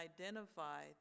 identify